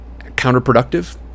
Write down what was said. counterproductive